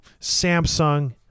Samsung